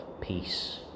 peace